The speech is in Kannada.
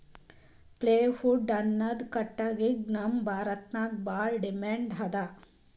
ಪ್ಲೇವುಡ್ ಅನ್ನದ್ ಕಟ್ಟಗಿಗ್ ನಮ್ ಭಾರತದಾಗ್ ಭಾಳ್ ಡಿಮ್ಯಾಂಡ್ ಅದಾ